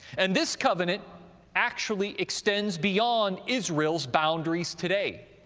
and this covenant actually extends beyond israel's boundaries today.